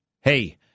Hey